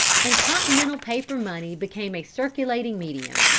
and continental paper money became a circulating medium.